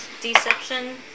Deception